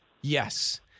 Yes